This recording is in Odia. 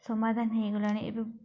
ସମାଧାନ ହୋଇଗଲାଣି